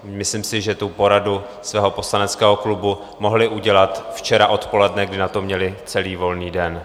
Myslím si, že tu poradu svého poslaneckého klubu mohli udělat včera odpoledne, kdy na to měli celý volný den.